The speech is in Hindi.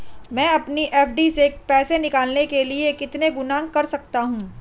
मैं अपनी एफ.डी से पैसे निकालने के लिए कितने गुणक कर सकता हूँ?